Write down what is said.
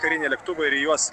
kariniai lėktuvai ir į juos